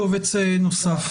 קובץ נוסף.